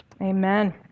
amen